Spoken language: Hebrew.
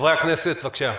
יואב, בבקשה.